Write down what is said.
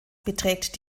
beträgt